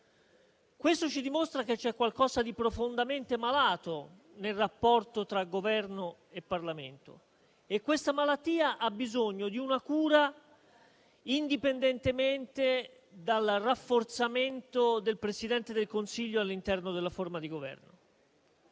Questo ci dimostra che c'è qualcosa di profondamente malato nel rapporto tra Governo e Parlamento. E questa malattia ha bisogno di una cura indipendentemente dal rafforzamento del Presidente del Consiglio all'interno della forma di governo.